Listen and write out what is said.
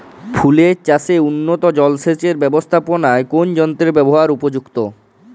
ফুলের চাষে উন্নত জলসেচ এর ব্যাবস্থাপনায় কোন যন্ত্রের ব্যবহার উপযুক্ত?